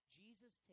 jesus